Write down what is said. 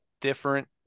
Different